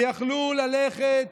שיכלו ללכת